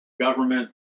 government